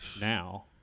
now